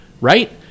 right